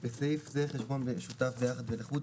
"בסעיף זה חשבון משותף ביחד לחוד,